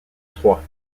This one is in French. trois